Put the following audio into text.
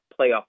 playoff